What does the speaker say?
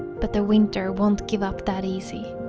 but the winter won't give up that easy